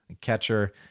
catcher